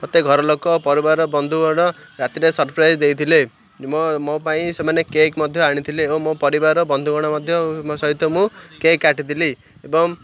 ମୋତେ ଘରଲୋକ ପରିବାର ବନ୍ଧୁଗଣ ରାତିରେ ସର୍ପ୍ରାଇଜ ଦେଇଥିଲେ ମୋ ମୋ ପାଇଁ ସେମାନେ କେକ୍ ମଧ୍ୟ ଆଣିଥିଲେ ଏବଂ ମୋ ପରିବାର ବନ୍ଧୁଗଣ ମଧ୍ୟ ସହିତ ମୁଁ କେକ୍ କାଟିଥିଲି ଏବଂ